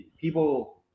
People